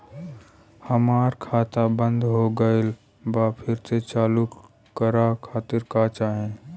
हमार खाता बंद हो गइल बा फिर से चालू करा खातिर का चाही?